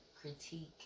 critique